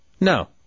No